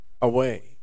away